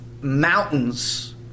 mountains